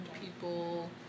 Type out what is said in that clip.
people